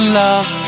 love